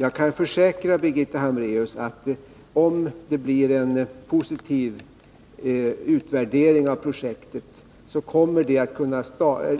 Jag kan försäkra Birgitta Hambraeus att om det blir en positiv utvärdering av projektet, så kan